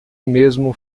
mesmo